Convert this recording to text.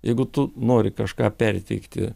jeigu tu nori kažką perteikti